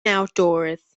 outdoors